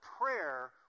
prayer